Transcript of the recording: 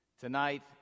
Tonight